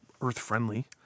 earth-friendly